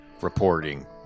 reporting